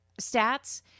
stats